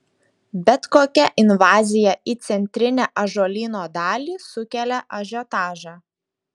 bet kokia invazija į centrinę ąžuolyno dalį sukelia ažiotažą